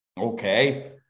okay